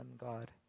God